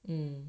mm